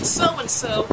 so-and-so